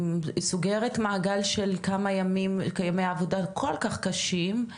היא סוגרת מעגל של כמה ימים כימי עבודה כל כך קשים,